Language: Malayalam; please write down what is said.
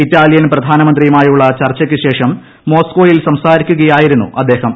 ഇറ്റാലിയൻ പ്രധാനമന്ത്രിയുമായുള്ള ചർച്ചയ്ക്ക് ശേഷം മോസ്കോയിൽ സംസാരിക്കുകയായിരുന്നു അദ്ദേഹം